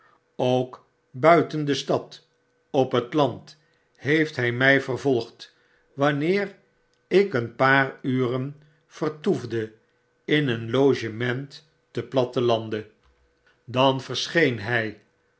ook buiten de stad op het land heeft hy mij vervolgd wanneer ik een paar uren vertoefde in een logement te plattenlande dan